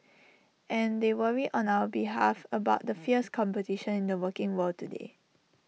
and they worry on our behalf about the fierce competition in the working world today